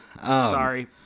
Sorry